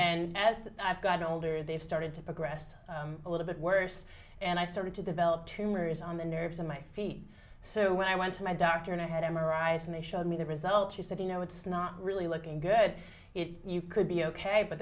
and as i've gotten older they've started to progress a little bit worse and i started to develop tumors on the nerves in my feet so when i went to my doctor and i had m r i s and they showed me the results she said you know it's not really looking good you could be ok but